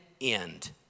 end